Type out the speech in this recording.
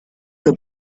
que